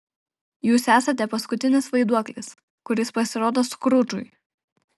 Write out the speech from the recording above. jūs esate paskutinis vaiduoklis kuris pasirodo skrudžui